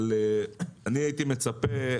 אבל אני הייתי מצפה,